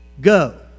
go